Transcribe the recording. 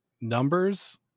numbers